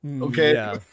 Okay